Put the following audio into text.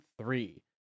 three